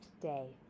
day